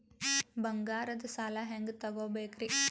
ಬಂಗಾರದ್ ಸಾಲ ಹೆಂಗ್ ತಗೊಬೇಕ್ರಿ?